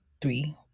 three